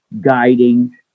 guiding